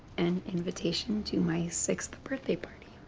an invitation to my sixth birthday party.